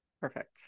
Perfect